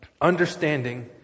understanding